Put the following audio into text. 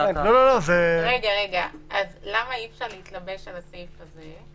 למה אי אפשר להתלבש על הסעיף הזה?